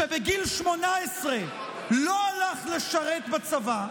שבגיל 18 לא הלך לשרת בצבא,